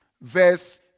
verse